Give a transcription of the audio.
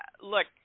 Look